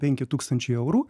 penki tūkstančiai eurų